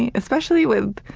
and especially with,